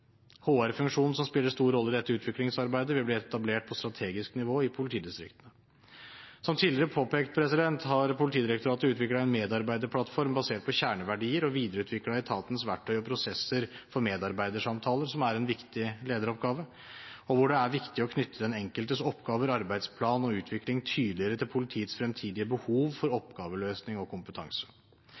som spiller en stor rolle i dette utviklingsarbeidet, vil bli etablert på strategisk nivå i politidistriktene. Som tidligere påpekt, har Politidirektoratet utviklet en medarbeiderplattform basert på kjerneverdier og videreutviklet etatens verktøy og prosesser for medarbeidersamtaler, som er en viktig lederoppgave, og hvor det er viktig å knytte den enkeltes oppgaver, arbeidsplan og utvikling tydeligere til politiets fremtidige behov for oppgaveløsning og kompetanse.